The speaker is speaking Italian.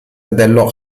dello